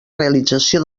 realització